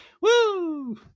Woo